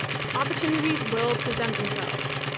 opportunities will present themselves.